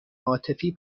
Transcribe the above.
عاطفی